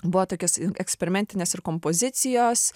buvo tokios eksperimentinės ir kompozicijos